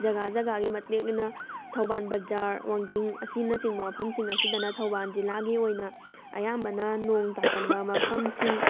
ꯖꯒꯥ ꯖꯒꯥꯒꯤ ꯃꯇꯦꯛꯅꯤꯅ ꯊꯧꯕꯥꯜ ꯕꯖꯥꯔ ꯋꯥꯡꯖꯤꯡ ꯑꯁꯤꯅꯆꯤꯡꯕ ꯃꯐꯝꯁꯤꯡ ꯑꯁꯤꯗꯅ ꯊꯧꯕꯥꯜ ꯖꯤꯂꯥꯒꯤ ꯑꯣꯏꯅ ꯑꯌꯥꯝꯕꯅ ꯅꯣꯡ ꯇꯥꯒꯟꯕ ꯃꯐꯝꯁꯤꯡ